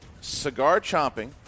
cigar-chomping